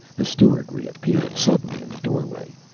the steward reappeared suddenly in the doorway.